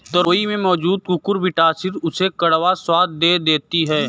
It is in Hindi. तोरई में मौजूद कुकुरबिटॉसिन उसे कड़वा स्वाद दे देती है